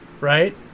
right